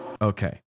Okay